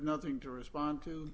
nothing to respond to